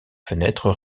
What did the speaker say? fenêtres